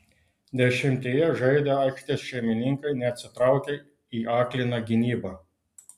dešimtyje žaidę aikštės šeimininkai neatsitraukė į akliną gynybą